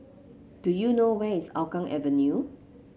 do you know where is Hougang Avenue